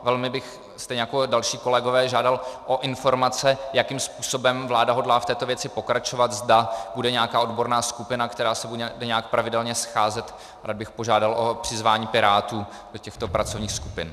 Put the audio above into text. Velmi bych, stejně jako i další kolegové, žádal o informace, jakým způsobem vláda hodlá v této věci pokračovat, zda bude nějaká odborná skupina, která se bude nějak pravidelně scházet, rád bych požádal o přizvání Pirátů do těchto pracovních skupin.